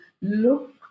look